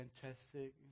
Fantastic